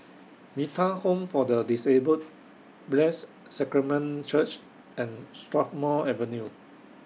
Metta Home For The Disabled Blessed Sacrament Church and Strathmore Avenue